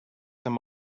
them